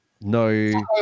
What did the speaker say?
no